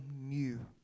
new